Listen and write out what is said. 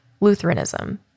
Lutheranism